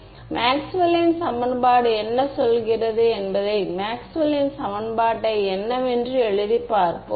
மாணவர் மேக்ஸ்வெல்லின் சமன்பாடு என்ன சொல்கிறது என்பதை மேக்ஸ்வெல்லின் சமன்பாட்டை என்னவென்று எழுதி பார்ப்போம்